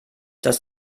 dass